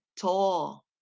tall